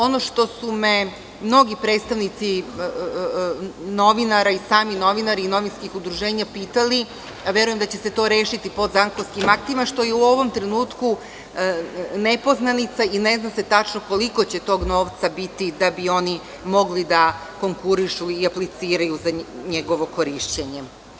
Ono što su me mnogi predstavnici novinara i sami novinari i novinarskih udruženja pitali, a verujem da će se to rešiti podzakonskim aktima što je u ovom trenutku nepoznanica i ne zna se tačno koliko će tog novca biti da bi oni mogli da konkurišu i apliciraju za njegovo korišćenje.